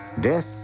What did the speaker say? Death